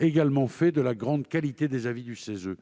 également fait de la grande qualité des avis du CESE.